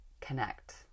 connect